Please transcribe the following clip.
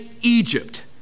Egypt